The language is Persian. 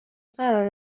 قراره